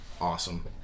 Awesome